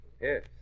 Yes